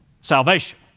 salvation